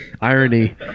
irony